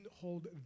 hold